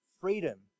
freedom